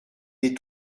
des